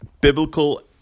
biblical